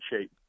shape